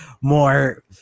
more